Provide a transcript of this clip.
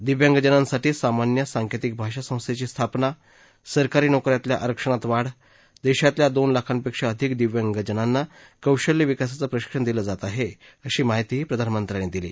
दिव्यांगजनांसाठी सामान्य सांकेतिक भाषा संस्थेची स्थापना सरकारी नोक यातल्या आरक्षणात वाढ देशातल्या दोन लाखांपेक्षा अधिक दिव्यांगजनांना कौशल्य विकासाचं प्रशिक्षण दिलं जात आहे अशी माहितीही प्रधानमंत्र्यांनी दिली